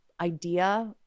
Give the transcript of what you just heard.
idea